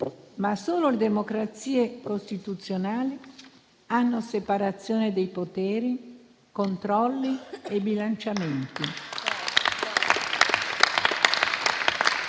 ma solo le democrazie costituzionali hanno separazione dei poteri, controlli e bilanciamenti